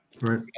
Right